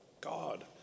God